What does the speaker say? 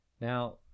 Now